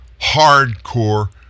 hardcore